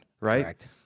right